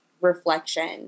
reflection